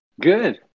Good